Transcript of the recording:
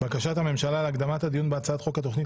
בקשת הממשלה להקדמת הדיון בהצעת חוק התכנית